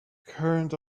current